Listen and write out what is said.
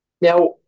Now